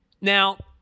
Now